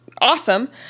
awesome